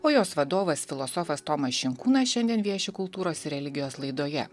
o jos vadovas filosofas tomas šinkūnas šiandien vieši kultūros ir religijos laidoje